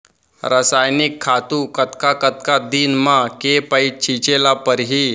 रसायनिक खातू कतका कतका दिन म, के पइत छिंचे ल परहि?